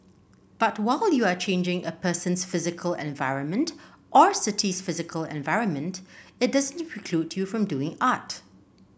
but while you are changing a person's physical environment or city's physical environment it doesn't preclude you from doing art